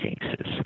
cases